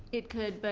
it could, but